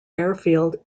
airfield